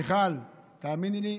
מיכל, תאמיני לי,